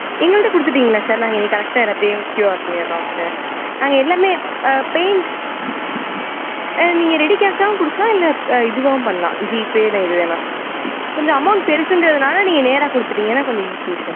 எங்கள்கிட்ட கொடுத்திட்டீங்களா சார் நாங்கள் இன்றைக்கி கரெக்ட்டாக எல்லாத்தையும் கியோர் பண்ணிடுறோம் சார் நாங்கள் எல்லாமே பேன் நீங்கள் ரெடி கேஸாவும் கொடுக்கலாம் இல்லை இதுவாவும் பண்ணலாம் ஜிபே இல்லை எது வேணால் கொஞ்சம் அமௌண்ட் பெருசுங்கிறனால நீங்கள் நேராக கொடுத்துட்டீங்கன்னா கொஞ்சம் ஈஸி சார்